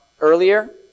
earlier